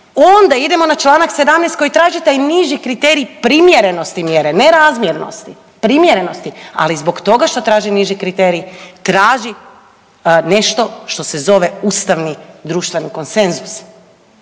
onda idemo na čl. 17. koji traži taj niži kriterij primjernosti mjere ne razmjernosti, primjerenosti, ali zbog toga što traži niži kriterij traži nešto što se zove ustavni društveni konsenzus,